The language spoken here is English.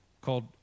called